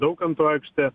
daukanto aikštę